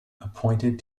appointed